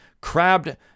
crabbed